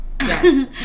Yes